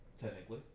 Technically